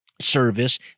service